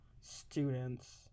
students